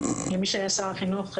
למי שהיה שר החינוך,